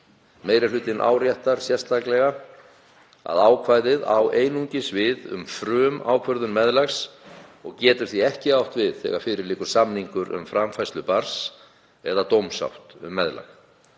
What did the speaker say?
Meiri hlutinn áréttar sérstaklega að ákvæðið á einungis við um frumákvörðun meðlags og getur því ekki átt við þegar fyrir liggur samningur um framfærslu barns eða dómsátt um meðlag.